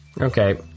Okay